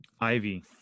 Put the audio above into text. Ivy